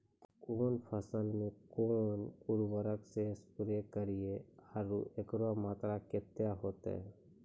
कौन फसल मे कोन उर्वरक से स्प्रे करिये आरु एकरो मात्रा कत्ते होते?